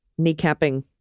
Kneecapping